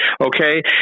Okay